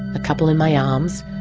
a couple in my arms,